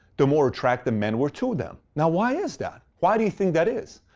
the more attracted men were to them. now why is that? why do you think that is?